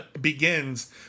begins